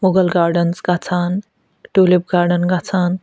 Mughal gardens گژھان tulip garden گژھان